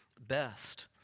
best